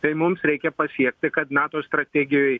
tai mums reikia pasiekti kad nato strategijoj